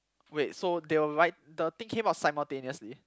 wait so they will write the thing came out simultaneously